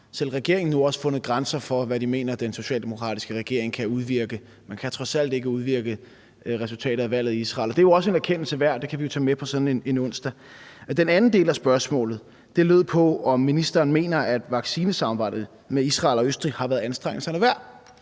selv regeringen også fundet grænser for, hvad de mener den socialdemokratiske regering kan udvirke. Man kan trods alt ikke påvirke resultaterne af valget i Israel. Og det er jo også en erkendelse værd – det kan vi jo tage med på sådan en onsdag. Den anden del af spørgsmålet gik på, om ministeren mener, at vaccinesamarbejdet med Israel og Østrig har været anstrengelserne værd.